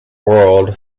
world